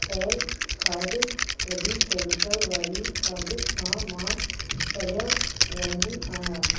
ठहियल खाद्य वधी कैमिकल वारी खाद्य खां मां परियां रहंदी आहियां